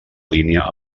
línia